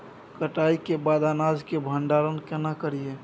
कटाई के बाद अनाज के भंडारण केना करियै?